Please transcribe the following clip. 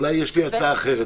אולי יש לי הצעה אחרת,